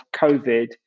COVID